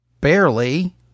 Barely